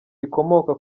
rikomoka